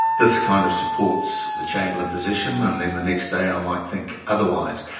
this kind of supports the chamberlain position', and then the next day i might think otherwise.